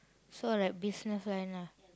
so like business line lah